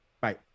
Bye